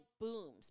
booms